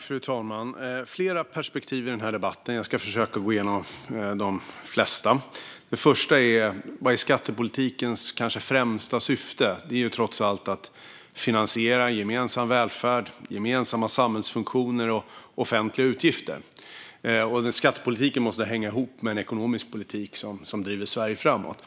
Fru talman! Det finns flera perspektiv i den här debatten. Jag ska försöka gå igenom de flesta. Skattepolitikens kanske främsta syfte är trots allt att finansiera gemensam välfärd, gemensamma samhällsfunktioner och offentliga utgifter. Skattepolitiken måste hänga ihop med en ekonomisk politik som driver Sverige framåt.